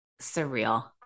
Surreal